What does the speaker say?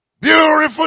Beautiful